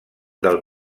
del